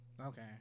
Okay